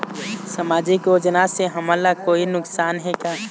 सामाजिक योजना से हमन ला कोई नुकसान हे का?